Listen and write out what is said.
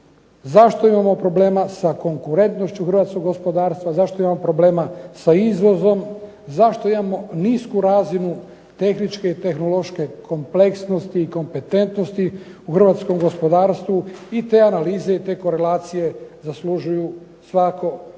zašto imamo problema sa konkurentnošću Hrvatskog gospodarstva, zašto imamo problema sa izvozom, zašto imamo nisku razinu tehničke i tehnološke kompleksnosti i kompetentnosti u Hrvatskom gospodarstvu i te analize i te korelacije zaslužuju svakako